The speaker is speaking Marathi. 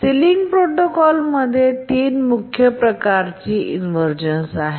सिलिंग प्रोटोकॉलमध्ये 3 मुख्य प्रकारची इनव्हर्जन आहेत